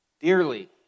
dearly